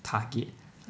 target